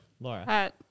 Laura